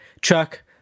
Chuck